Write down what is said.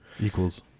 Equals